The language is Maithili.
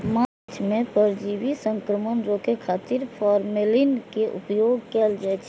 माछ मे परजीवी संक्रमण रोकै खातिर फॉर्मेलिन के उपयोग कैल जाइ छै